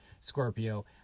Scorpio